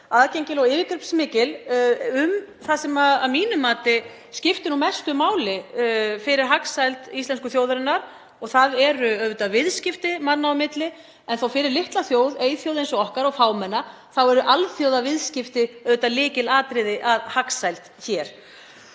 aðgengileg og yfirgripsmikil um það sem að mínu mati skiptir mestu máli fyrir hagsæld íslensku þjóðarinnar, sem eru auðvitað viðskipti manna á milli. Fyrir litla þjóð, fámenna eyþjóð eins og okkar, eru alþjóðaviðskipti auðvitað lykilatriði að hagsæld hér.